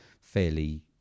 fairly